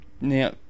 Now